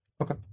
Okay